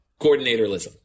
coordinatorism